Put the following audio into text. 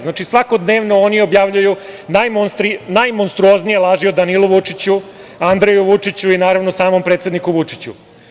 Znači, svakodnevno oni objavljuju najmonstruoznije laži o Danilu Vučiću, Andreju Vučiću i, naravno, samom predsedniku Vučiću.